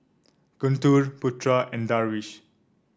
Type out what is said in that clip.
Guntur Putra and Darwish